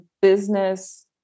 business